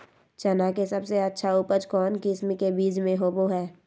चना के सबसे अच्छा उपज कौन किस्म के बीच में होबो हय?